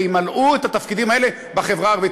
וימלאו את התפקידים האלה בחברה הערבית.